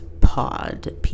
pod